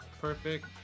Perfect